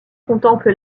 contemple